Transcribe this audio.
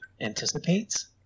anticipates